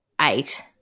eight